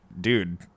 dude